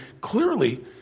clearly